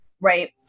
right